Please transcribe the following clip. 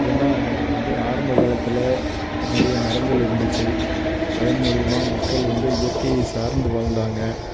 ஏன்னால் நம்ம வந்து ஆரம்பகாலத்தில் நிறைய மரங்கள் இருந்துச்சு அதன் மூலிமா மக்கள் வந்து இயற்கையை சார்ந்து வாழ்ந்தாங்க